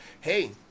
Hey